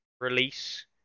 release